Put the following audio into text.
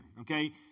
okay